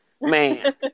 man